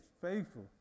faithful